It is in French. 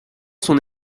son